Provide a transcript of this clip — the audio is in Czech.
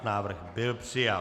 Návrh byl přijat.